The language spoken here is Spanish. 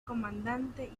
comandante